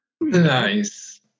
Nice